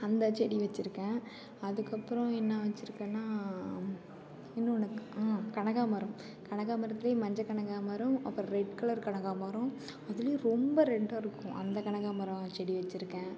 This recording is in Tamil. அந்தச்செடி வச்சிருக்கேன் அதுக்கப்பறம் என்ன வச்சிருக்கேன்னா இன்னொன்னு கனகாமரம் கனகாமரத்தில் மஞ்சள் கனகாமரம் அப்புறம் ரெட் கலர் கனகாமரம் அதிலயும் ரொம்ப ரெட்டாகருக்கும் அந்த கனகாமரம் செடி வச்சுருக்கேன்